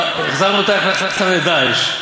החזרנו אותה, הכנסתם לשם את "דאעש".